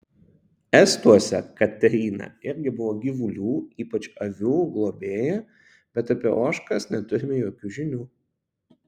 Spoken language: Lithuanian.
estuose katryna irgi buvo gyvulių ypač avių globėja bet apie ožkas neturime jokių žinių